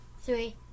Three